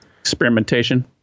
Experimentation